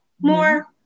more